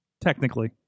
Technically